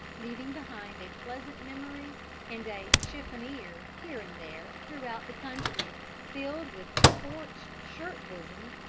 leaving behind a pleasant memory and a chiffonnier here and there throughout the country filled with scorched shirt-bosoms,